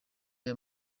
aya